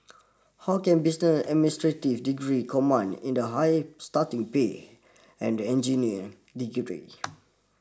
how can business administrative degree command in the high starting pay and the engineer degree